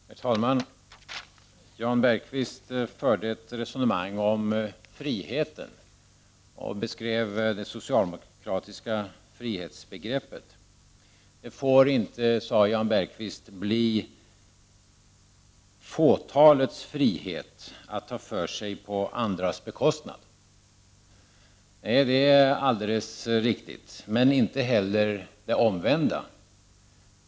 Herr talman! Jan Bergqvist förde ett resonemang om friheten och beskrev det socialdemokratiska frihetsbegreppet. Det får inte, sade Jan Bergqvist, bli fåtalets frihet att ta för sig på andras bekostnad. Nej, det är alldeles riktigt, men inte heller det omvända får ske.